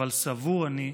אבל סבור אני,